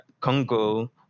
Congo